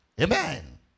Amen